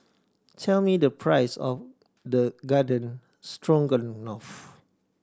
tell me the price of the Garden Stroganoff